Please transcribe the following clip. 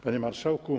Panie Marszałku!